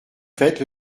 faites